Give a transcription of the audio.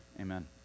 amen